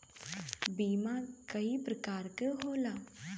बीमा कई परकार के होला